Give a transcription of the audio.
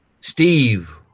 Steve